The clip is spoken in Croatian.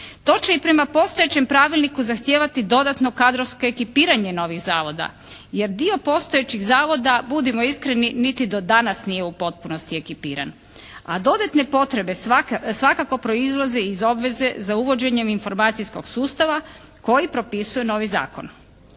To će i prema postojećem pravilniku zahtijevati dodatno kadrovsko ekipiranje novih zavoda, jer dio postojećih zavoda budimo iskreni niti do danas nije u potpunosti ekipiran, a dodatne potrebe svakako proizlaze iz obveze za uvođenjem informacijskog sustava koji propisuje novi zakon.